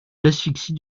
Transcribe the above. l’asphyxie